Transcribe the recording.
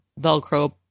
Velcro